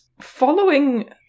following